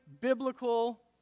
biblical